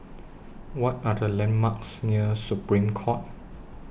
What Are The landmarks near Supreme Court